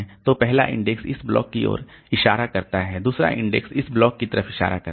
तो पहला इंडेक्स इस ब्लॉक की ओर इशारा करता है दूसरा इंडेक्स इस ब्लॉक की तरफ इशारा करता है